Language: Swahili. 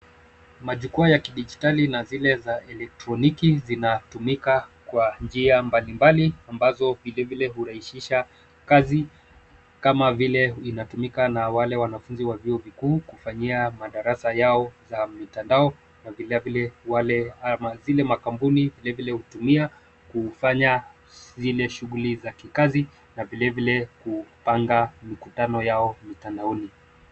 Majukwaa ya kidijitali na zile za eletroniki zinatumia kwa njia mbali mbali ambazo vile vile hurahisisha kazi kama vile inanyotumika na wale wanafunzi wa vyuo vikuu kufanyia madarasa yao ya mitandao na vile vile wale kampuni hutumia kufanya zile shughuli za kikazi na vile vile kupanga mikutano yao mtandaoni.